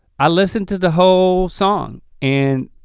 i listened to the whole song and